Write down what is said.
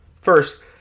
First